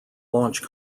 launch